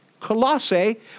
Colossae